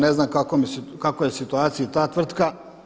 Ne znam u kakvoj je situaciji ta tvrtka.